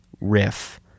riff